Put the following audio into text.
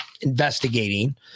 investigating